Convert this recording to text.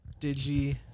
Digi